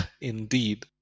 indeed